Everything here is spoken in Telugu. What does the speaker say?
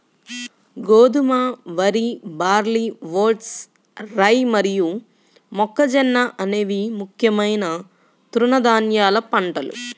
గోధుమ, వరి, బార్లీ, వోట్స్, రై మరియు మొక్కజొన్న అనేవి ముఖ్యమైన తృణధాన్యాల పంటలు